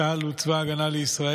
צה"ל הוא צבא ההגנה לישראל,